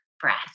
breath